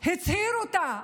הוא הצהיר אותה,